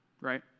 right